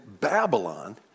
Babylon